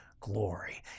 glory